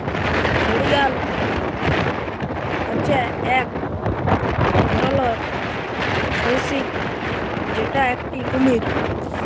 ঘড়িয়াল হচ্যে এক ধরলর সরীসৃপ যেটা একটি কুমির